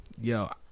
yo